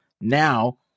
now